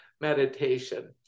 meditation